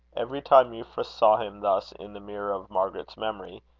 every time euphra saw him thus in the mirror of margaret's memory,